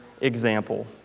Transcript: example